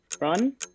Run